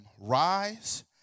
rise